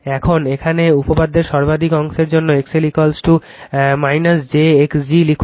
এবং এখানে উপপাদ্যের সর্বাধিক অংশের জন্য XL x g লিখুন